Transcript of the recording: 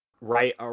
right